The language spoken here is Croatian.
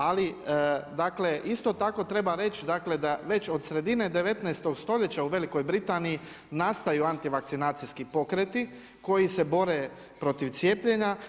Ali, dakle, isto tako treba reći, dakle, da već od sredine 19. st. u Velikoj Britaniji nastaju antivakcinacijiski pokreti, koji se bore protiv cijepljenja.